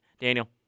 Daniel